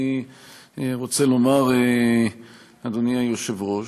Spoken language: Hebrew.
אני רוצה לומר, אדוני היושב-ראש.